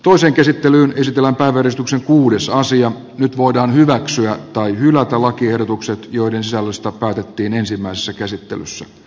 tuo sen käsittelyyn esitellä tarkistuksen kuudessa nyt voidaan hyväksyä tai hylätä lakiehdotukset joiden sisällöstä päätettiin ensimmäisessä käsittelyssä